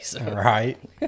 Right